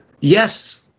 Yes